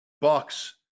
Bucks